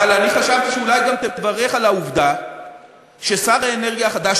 אבל אני חשבתי שאולי גם תברך על העובדה ששר האנרגיה החדש,